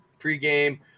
Pre-game